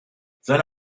seine